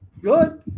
good